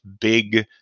big